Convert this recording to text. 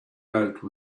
note